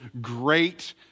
great